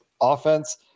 offense